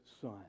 son